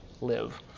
live